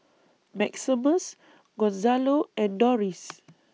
Maximus Gonzalo and Doris